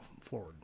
forward